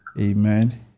Amen